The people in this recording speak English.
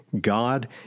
God